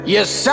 Yes